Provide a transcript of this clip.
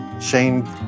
Shane